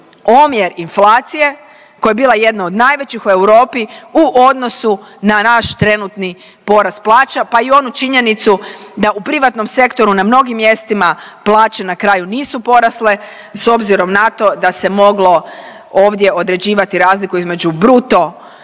omjer inflacije koja je bila jedna od najvećih u Europi u odnosu na naš trenutni porast plaća pa i onu činjenicu da u privatnom sektoru na mnogim mjestima, plaće na kraju nisu porasle s obzirom na to da se moglo ovdje određivati razliku između bruto